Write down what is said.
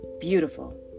beautiful